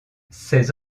ces